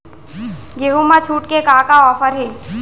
गेहूँ मा छूट के का का ऑफ़र हे?